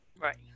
Right